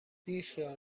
بیخیال